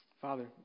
Father